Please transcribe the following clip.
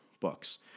books